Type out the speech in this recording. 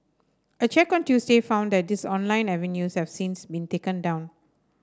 a check on Tuesday found that these online avenues have since been taken down